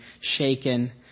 shaken